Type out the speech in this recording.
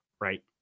Right